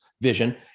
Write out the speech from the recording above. vision